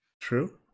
True